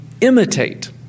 imitate